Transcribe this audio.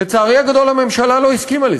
לצערי הגדול, הממשלה לא הסכימה לזה.